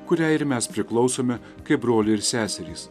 kuriai ir mes priklausome kaip broliai ir seserys